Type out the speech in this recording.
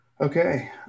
Okay